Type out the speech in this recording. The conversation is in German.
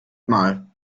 mal